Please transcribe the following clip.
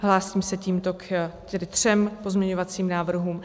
Hlásím se tímto tedy ke třem pozměňovacím návrhům.